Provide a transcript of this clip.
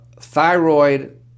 thyroid